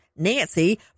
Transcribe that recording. Nancy